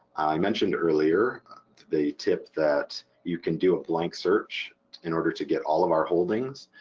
i mentioned earlier the tip that you can do a blank search in order to get all of our holdings,